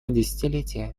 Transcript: десятилетия